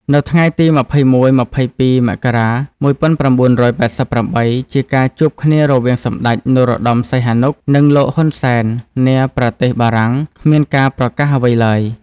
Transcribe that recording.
នៅថ្ងៃទី២១-២២ មករា ១៩៨៨ ជាការជួបគ្នារវាងសម្ដេច នរោត្តមសីហនុ និងលោក ហ៊ុនសែន នាប្រទេសបារាំង គ្មានការប្រកាសអ្វីឡើយ។